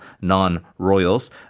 non-royals